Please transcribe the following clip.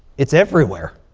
it's everywhere.